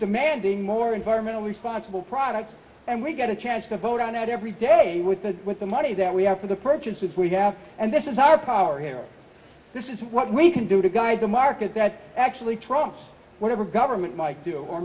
demanding more environmentally responsible products and we got a chance to vote on that every day with the with the money that we have for the purchases we have and this is our power here this is what we can do to guide the market that actually trumps whatever government might do or